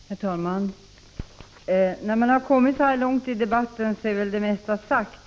Herr talman! När man har kommit så här långt i debatten är väl det mesta sagt.